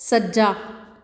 ਸੱਜਾ